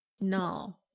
No